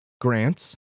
grants